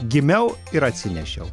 gimiau ir atsinešiau